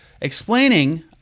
Explaining